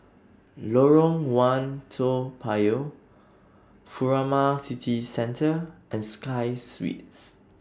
Lorong one Toa Payoh Furama City Centre and Sky Suites